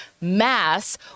Mass